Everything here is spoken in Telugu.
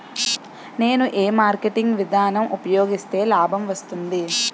నేను ఏ మార్కెటింగ్ విధానం ఉపయోగిస్తే లాభం వస్తుంది?